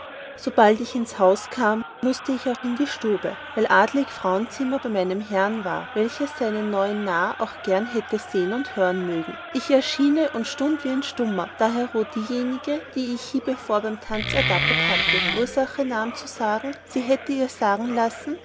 sobald ich ins haus kam mußte ich auch in die stube weil adelig frauenzimmer bei meinem herrn war welches seinen neuen narrn auch gern hätte sehen und hören mögen ich erschiene und stund da wie ein stummer dahero diejenige so ich hiebevor beim tanz erdappet hatte ursache nahm zu sagen sie hätte ihr sagen lassen